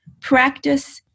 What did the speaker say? practice